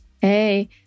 Hey